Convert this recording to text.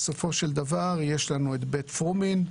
בסופו של דבר יש לנו בית פרומין,